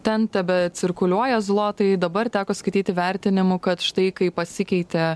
ten tebecirkuliuoja zlotai dabar teko skaityti vertinimų kad štai kai pasikeitė